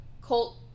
Colt